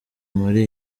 muri